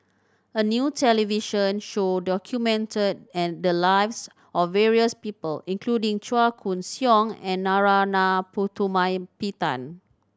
a new television show documented the lives of various people including Chua Koon Siong and Narana Putumaippittan